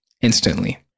instantly